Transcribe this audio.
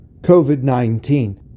COVID-19